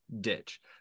ditch